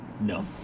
No